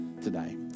today